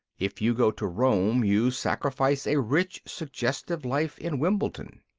if you go to rome, you sacrifice a rich suggestive life in wimbledon.